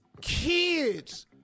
Kids